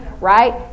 right